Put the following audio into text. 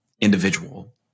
individual